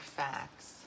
facts